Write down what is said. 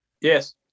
Yes